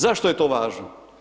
Zašto je to važno?